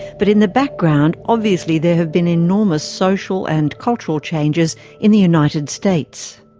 but in the background obviously there have been enormous social and cultural changes in the united states.